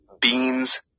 beans